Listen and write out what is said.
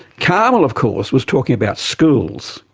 karmel, of course, was talking about schools,